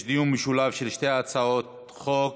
יש דיון משולב בשתי הצעות החוק.